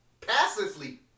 passively